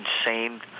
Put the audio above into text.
insane